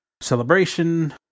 Celebration